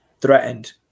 threatened